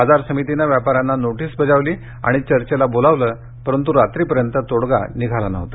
बाजार समितीने व्यापाऱ्यांना नोटिस बजावली आणि चर्चेला बोलवले परतू रात्रीपर्यंत तोडगा निघाला नव्हता